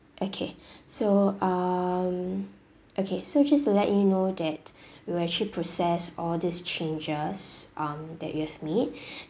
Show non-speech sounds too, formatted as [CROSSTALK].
okay [BREATH] so um okay so just to let you know that [BREATH] we'll actually process all these changes um that you've made [BREATH]